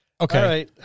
Okay